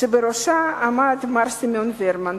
שבראשה עמד מר סמיון ורמן,